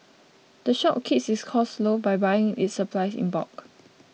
the shop keeps its costs low by buying its supplies in bulk